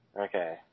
Okay